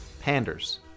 panders